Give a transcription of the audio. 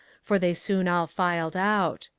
for they soon all filed out.